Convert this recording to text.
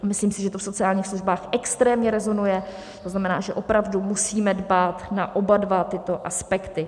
Myslím si, že to v sociálních službách extrémně rezonuje, to znamená, že opravdu musíme dbát na oba tyto aspekty.